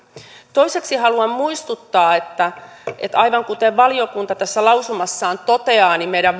toiseksi haluan muistuttaa että että aivan kuten valiokunta tässä lausumassaan toteaa meidän